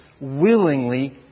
willingly